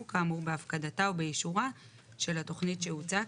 כאמור בהפקדתה או באישורה של התכנית שהוצעה,